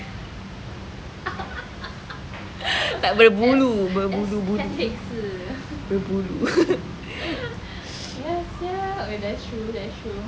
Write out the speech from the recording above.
tak berbulu berbulu-bulu berbulu